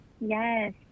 yes